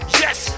yes